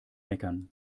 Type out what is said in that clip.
meckern